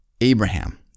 Abraham